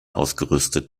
ausgerüstet